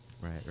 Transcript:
right